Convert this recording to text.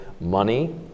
money